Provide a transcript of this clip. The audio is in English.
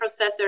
processor